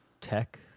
Tech